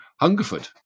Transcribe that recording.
Hungerford